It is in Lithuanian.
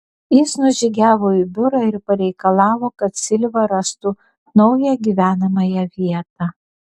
jis nužygiavo į biurą ir pareikalavo kad silva rastų naują gyvenamąją vietą